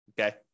okay